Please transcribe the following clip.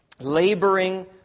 laboring